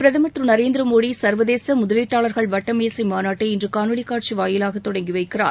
பிரதமர் திரு நரேந்திர மோடி சர்வதேச முதலீட்டாளர்கள் வட்டமேசை மாநாட்டை இன்று காணொலி காட்சி வாயிலாக தொடங்கி வைக்கிறார்